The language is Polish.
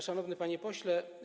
Szanowny Panie Pośle!